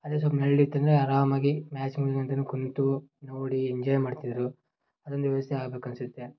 ಅದೇ ಸ್ವಲ್ಪ ನೆರಳು ಇತ್ತಂದರೆ ಆರಾಮಾಗಿ ಮ್ಯಾಚ್ ಮುಗಿಯುವ ತನಕ ಕೂತು ನೋಡಿ ಎಂಜಾಯ್ ಮಾಡ್ತಿದ್ದರು ಅದೊಂದು ವ್ಯವಸ್ಥೆ ಆಗಬೇಕು ಅನಿಸುತ್ತೆ